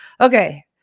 Okay